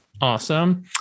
Awesome